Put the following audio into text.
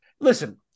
Listen